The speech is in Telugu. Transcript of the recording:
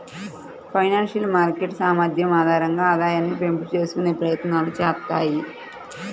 ఫైనాన్షియల్ మార్కెట్ సామర్థ్యం ఆధారంగా ఆదాయాన్ని పెంపు చేసుకునే ప్రయత్నాలు చేత్తాయి